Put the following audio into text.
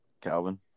Calvin